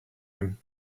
him